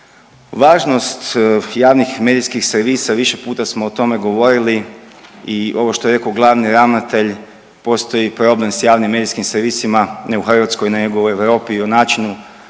Važnost javnih medijskih servisa, više puta smo o tome govorili i ovo što je rekao glavni ravnatelj, postoji problem s javnim medijskim servisima, ne u Hrvatskoj, nego i u Europi i u načinu